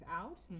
out